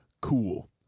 Cool